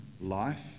life